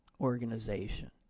organization